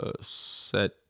set